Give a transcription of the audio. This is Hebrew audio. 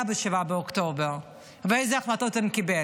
ב-7 באוקטובר ואילו החלטות הוא קיבל,